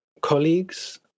colleagues